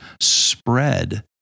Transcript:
spread